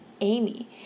Amy